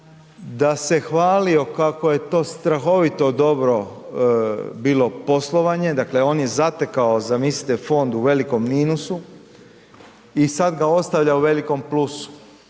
da se hvalio kako je to strahovito dobro bilo poslovanje, dakle on je zatekao zamislite fond u velikom minusu i sada ga ostavlja u velikom plusu,